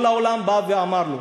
כל העולם בא ואמר לו,